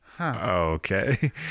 okay